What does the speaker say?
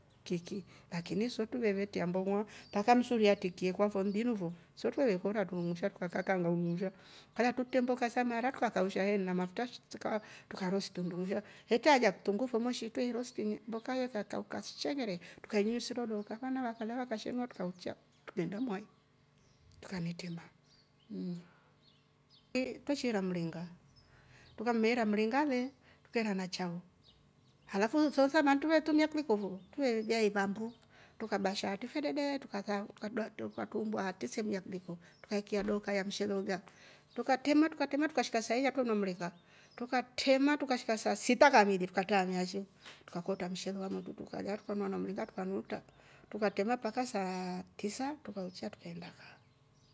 Kiki lakini sute vetia mbongwa mpaka msuri yatikie kwa kundinivo sotwe iyekora tungunusha ukaka ngamusha kalatute mboga za maraka akaushe eeh na mafuta zikawa tukarosto ndung ja hetaja kitungu fomoshi itwe irosti ni mbokaya ikakauka shegere tukainywisi dodoka mwana lakulaka kashemwata tukaucha tujenda mwai tukaltemea mhh. iii tushira mlenga tukammera mringare tukaenda nachao alafu nsooza na tuvetumetumia kuliko vo tujei ivambu tukabakisha atifidede tukaka tukadua atue katambua atisamia kuliko tukaekea doka mshele uga. tukatema tukatema tukashika sai atomomringa tukatema tukashika saa sita kamili tukatamia shee tukakota mshele wa moto tukalia tukanywa na mringa tukanuta tukatema mpaa saa tisa tukauchia tukaenda kaa.